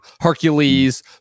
Hercules